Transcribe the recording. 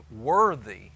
worthy